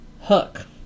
Hook